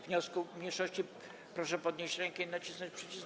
wniosku mniejszości, proszę podnieść rękę i nacisnąć przycisk.